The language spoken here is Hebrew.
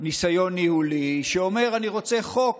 ניסיון ניהולי, שאומר: אני רוצה חוק